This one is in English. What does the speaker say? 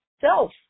self